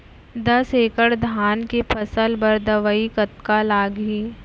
दस एकड़ धान के फसल बर दवई कतका लागही?